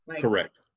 Correct